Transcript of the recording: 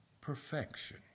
perfection